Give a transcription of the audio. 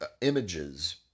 images